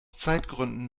zeitgründen